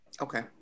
Okay